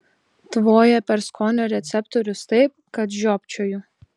tvoja per skonio receptorius taip kad žiopčioju